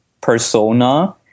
persona